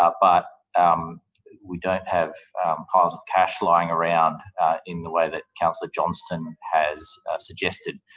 ah but um we don't have piles of cash lying around in the way that councillor johnston has suggested.